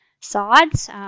sides